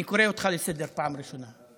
אני קורא אותך לסדר פעם ראשונה.